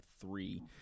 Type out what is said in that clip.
three